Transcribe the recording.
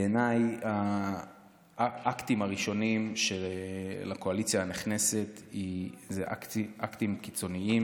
בעיניי האקטים הראשונים של הקואליציה הנכנסת הם אקטים קיצוניים,